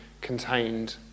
contained